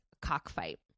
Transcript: cockfight